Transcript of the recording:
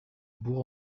bourg